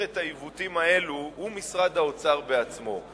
את העיוותים האלה הוא משרד האוצר עצמו.